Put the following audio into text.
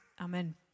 Amen